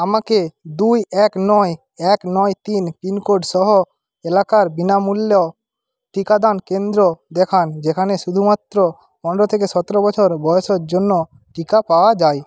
আমাকে দুই এক নয় এক নয় তিন পিনকোডসহ এলাকার বিনামূল্য টিকাদান কেন্দ্র দেখান যেখানে শুধুমাত্র পনেরো থেকে সতেরো বছর বয়সের জন্য টিকা পাওয়া যায়